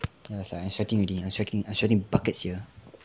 ya sia I sweating already I sweating I sweating buckets here